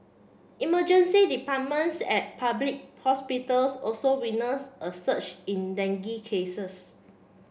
emergency departments at public hospitals also witness a surge in dengue cases